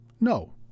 No